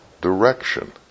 direction